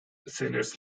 sellers